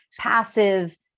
passive